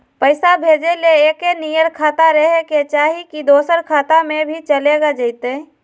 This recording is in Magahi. पैसा भेजे ले एके नियर खाता रहे के चाही की दोसर खाता में भी चलेगा जयते?